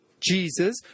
Jesus